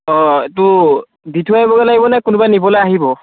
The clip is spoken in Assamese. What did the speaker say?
অঁ এইটো দি থৈ আহিব লাগিবনে কোনোবা নিবলৈ আহিব